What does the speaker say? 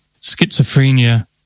schizophrenia